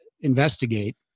investigate